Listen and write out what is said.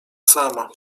sama